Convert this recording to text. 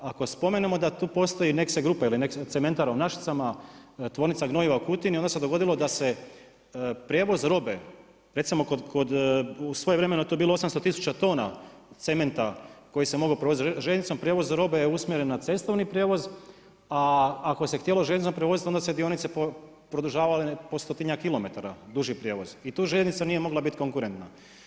Ako spomenemo da postoji Nexe Grupe ili cementara u Našicama, Tvornica gnojiva u Kutini onda se dogodilo da se prijevoz robe recimo kod svojevremeno je to bilo 800 tisuća tona cementa koji se mogao provest željeznicom, prijevoz robe je usmjeren na cestovni prijevoz, a ako se htjelo željeznicom prevoziti onda su se dionice produžavale po stotinjak kilometara duži prijevoz i tu željeznica nije mogla biti konkurentna.